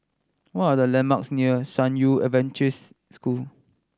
what are the landmarks near San Yu Adventist School